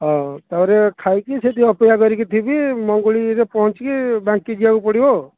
ହଉ ତା'ପରେ ଖାଇ କି ସେଇଠି ଅପେକ୍ଷା କରିକି ଥିବି ମଙ୍ଗୁଳିରେ ପହଞ୍ଚିକି ବାଙ୍କୀ ଯିବାକୁ ପଡ଼ିବ